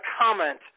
comment